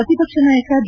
ಪ್ರತಿಪಕ್ಷ ನಾಯಕ ಬಿ